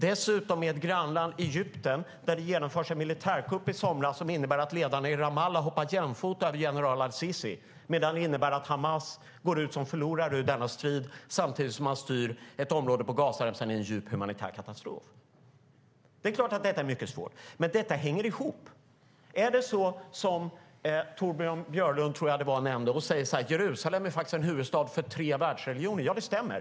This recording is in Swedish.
Dessutom genomfördes i grannlandet Egypten en militärkupp i somras som innebar att ledarna i Ramallah hoppade jämfota över general al-Sisi medan Hamas gick ut som förlorare i denna strid. Samtidigt styr man ett område på Gazaremsan som befinner sig i en djup humanitär katastrof. Det är klart att detta är mycket svårt. Men det hänger ihop. Är det så som Torbjörn Björlund, tror jag att det var, sade att Jerusalem faktiskt är en huvudstad för tre världsreligioner? Ja, det stämmer.